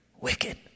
wicked